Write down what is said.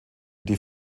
die